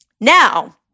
Now